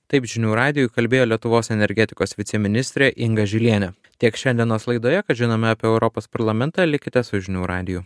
taip žinių radijui kalbėjo lietuvos energetikos viceministrė inga žilienė tiek šiandienos laidoje kad žinome apie europos parlamentą likite su žinių radiju